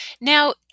now